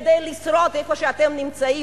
כדי לשרוד איפה שאתם נמצאים,